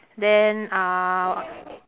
then uh